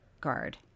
guard